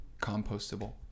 Compostable